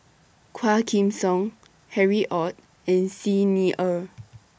Quah Kim Song Harry ORD and Xi Ni Er